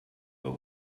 but